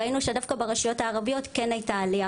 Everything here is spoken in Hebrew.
ראינו שדווקא ברשויות הערביות כן הייתה עלייה